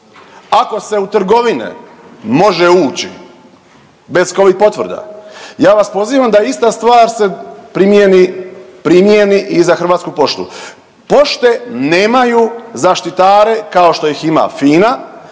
ako se u trgovine može ući bez covid potvrda, ja vas pozivam da ista stvar se primijeni i za Hrvatsku poštu. Pošte nemaju zaštitare kao što ih ima FINA,